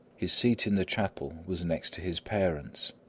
his seat in the chapel was next to his parents,